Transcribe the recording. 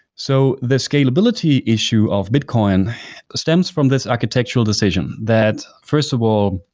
so the scalability issue of bitcoin stems from this architectural decision that, first of all,